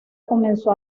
comenzó